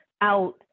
out